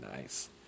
nice